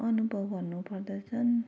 अनुभव भन्नुपर्दा चाहिँ